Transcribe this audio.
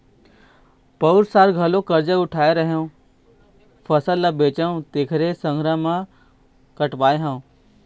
पउर साल घलोक करजा उठाय रेहेंव, फसल ल बेचेंव तेखरे संघरा म कटवाय हँव